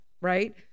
right